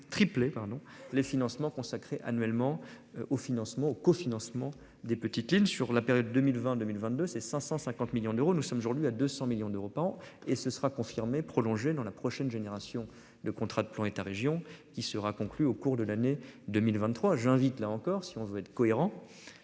triplé pardon les financements consacrés annuellement au financement au cofinancement des petites lignes sur la période 2022 1022, ses 550 millions d'euros. Nous sommes aujourd'hui à 200 millions d'Europe 1 et ce sera confirmé prolongé dans la prochaine génération de contrat de plan État-Région qui sera conclue au cours de l'année 2023. J'invite là encore si on veut être cohérent.